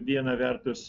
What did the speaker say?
viena vertus